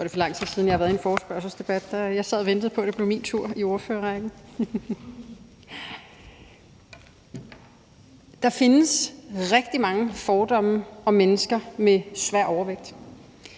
Der findes rigtig mange fordomme om mennesker med svær overvægt.